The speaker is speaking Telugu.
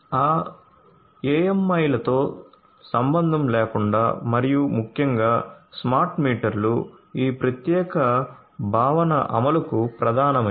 ఆ AMI లతో సంబంధం లేకుండా మరియు ముఖ్యంగా స్మార్ట్ మీటర్లు ఈ ప్రత్యేక భావన అమలుకు ప్రధానమైనవి